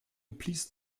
please